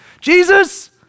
Jesus